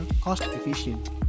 cost-efficient